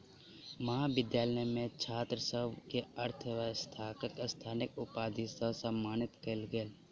महाविद्यालय मे छात्र सभ के अर्थव्यवस्थाक स्नातक उपाधि सॅ सम्मानित कयल गेल